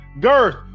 girth